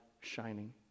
shining